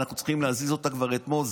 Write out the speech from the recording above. ואנחנו צריכים להזיז אותה כבר אתמול,